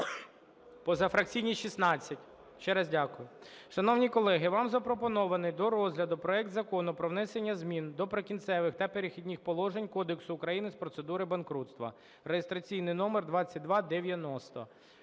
позафракційні – 16. Ще раз дякую. Шановні колеги, вам запропонований до розгляду проект Закону про внесення змін до Прикінцевих та Перехідних положень Кодексу України з процедур банкрутства (реєстраційний номер 2290).